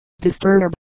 disturb